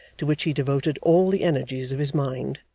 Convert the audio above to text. to which he devoted all the energies of his mind.